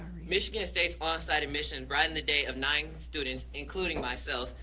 michigan state's on-site admission brightened the day of nine students, including myself,